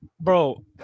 Bro